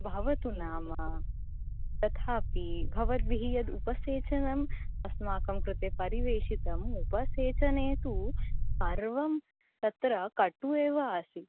भवतु नाम तथापि भवद्भिः यद् उपसेचनम् अस्माकं कृते परिवेषितम् उपसेचने तु सर्वं तत्र कटुः एव आसीत्